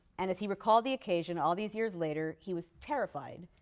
and as he recalled the occasion all these years later, he was terrified,